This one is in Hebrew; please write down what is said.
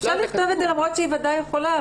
אפשר לכתוב את זה למרות שהיא ודאי יכולה.